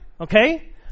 Okay